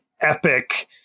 epic